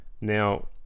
Now